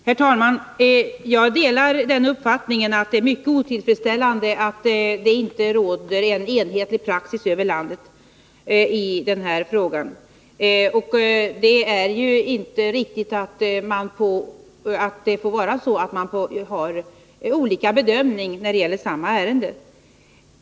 Herr talman! Jag delar uppfattningen att det är mycket otillfredsställande att det inte över hela landet finns någon enhetlig praxis i den här frågan. Det är inte riktigt att olika bedömningar skall kunna gälla i samma ärende.